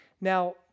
Now